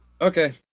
okay